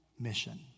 mission